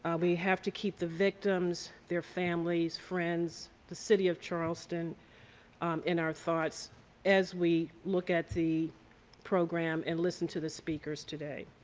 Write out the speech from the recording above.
we have to keep the victims, their families, friends, the city of charleston in our thoughts as we look at the program and listen to the speakers today.